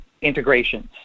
integrations